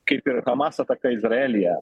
kaip ir hamas ataka izraelyje